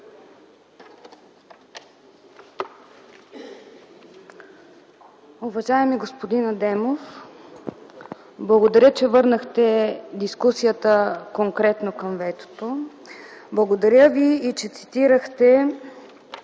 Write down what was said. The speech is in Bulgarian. Благодаря Ви и, че цитирахте